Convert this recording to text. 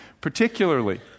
particularly